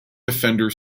defender